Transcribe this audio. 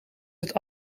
het